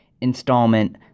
installment